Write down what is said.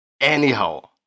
anyhow